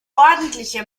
ordentliche